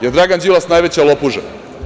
Jel Dragan Đilas najveća lopuža?